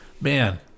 man